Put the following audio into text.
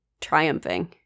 triumphing